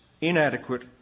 inadequate